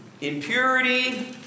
impurity